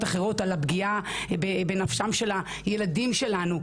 אחרות על הפגיעה בנפשם של הילדים שלנו.